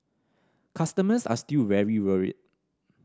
customers are still very worried